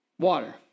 Water